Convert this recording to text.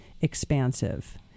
expansive